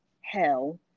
hell